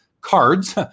cards